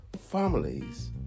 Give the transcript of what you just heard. families